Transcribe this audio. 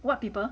what people